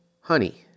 honey